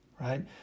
right